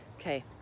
okay